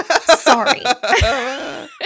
Sorry